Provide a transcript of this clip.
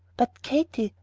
but, katy,